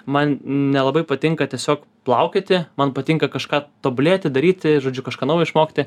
man nelabai patinka tiesiog plaukioti man patinka kažką tobulėti daryti žodžiu kažką naujo išmokti